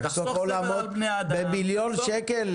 תחסוך עולמות במיליון שקל,